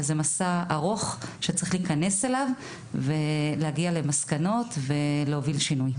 וזה מסע ארוך שצריך להיכנס אליו ולהגיע למסקנות ולהוביל שינוי.